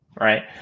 right